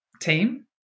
team